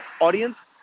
audience